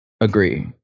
Agree